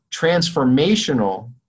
transformational